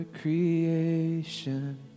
creation